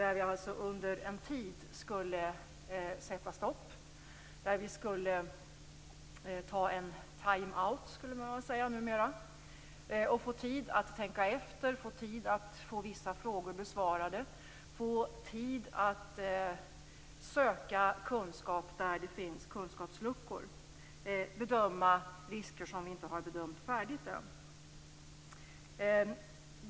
Vi menar att vi under en tid skulle sätta stopp, ta en time out skulle man väl säga numera, och få tid att tänka efter, få tid att få vissa frågor besvarade, få tid att söka kunskap där det finns kunskapsluckor och bedöma risker som vi inte har bedömt färdigt än.